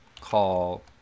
call